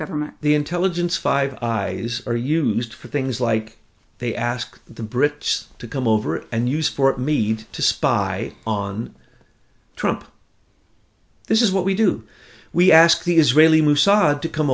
government the intelligence five guys are used for things like they ask the brits to come over and use for meat to spy on trump this is what we do we ask the israeli mossad to come